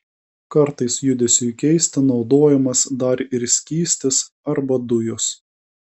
kartais judesiui keisti naudojamas dar ir skystis arba dujos